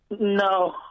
No